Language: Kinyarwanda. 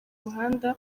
muhanda